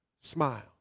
smile